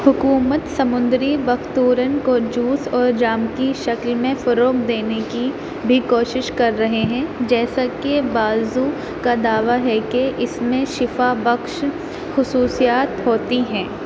حکومت سمندری بکتھورن کو جوس اور جام کی شکل میں فروغ دینے کی بھی کوشش کر رہے ہیں جیسا کہ بعضوں کا دعویٰ ہے کہ اس میں شفا بخش خصوصیات ہوتی ہیں